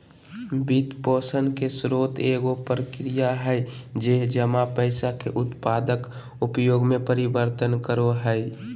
वित्तपोषण के स्रोत एगो प्रक्रिया हइ जे जमा पैसा के उत्पादक उपयोग में परिवर्तन करो हइ